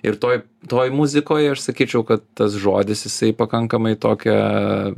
ir toj toj muzikoj aš sakyčiau kad tas žodis jisai pakankamai tokią